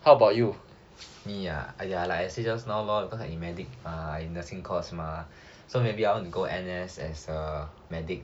me ah !aiya! like I say just now lor because I medic mah I in nursing course mah so maybe I want to go N_S as a medic